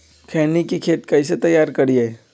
खैनी के खेत कइसे तैयार करिए?